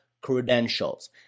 credentials